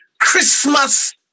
Christmas